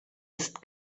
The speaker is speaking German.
ist